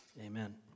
amen